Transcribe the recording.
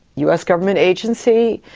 us government agency,